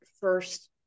first